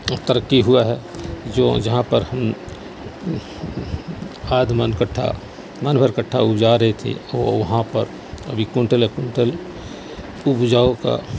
ترقی ہوا ہے جو جہاں پر ہم آدھ من کٹھا من بھر کٹھا اپجا رہی تھی وہ وہاں پر ابھی کونٹلے کونٹل اپجاؤ کا